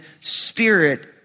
spirit